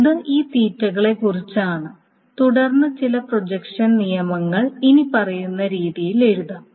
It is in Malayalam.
ഇത് ഈ തീറ്റകളെക്കുറിച്ചാണ് തുടർന്ന് ചില പ്രൊജക്ഷൻ നിയമങ്ങൾ ഇനിപ്പറയുന്ന രീതിയിൽ എഴുതാം